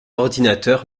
ordinateur